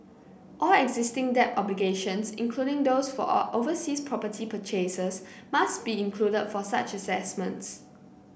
all existing debt obligations including those for overseas property purchases must be included for such assessments